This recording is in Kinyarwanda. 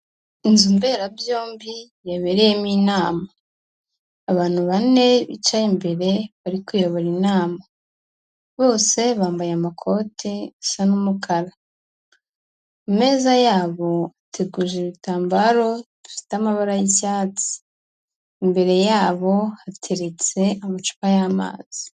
Inzu mberabyombi yabereyemo inama, abantu bane bicaye imbere bari kuyobora inama, bose bambaye amakote asa n'umukara, ameza yabo ateguje ibitambaro bifite amabara y'icyatsi, imbere yabo hateretse amacupa y'amazi.